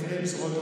לא כולם מסוגלים.